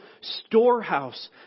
storehouse